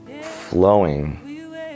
flowing